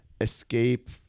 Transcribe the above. escape